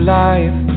life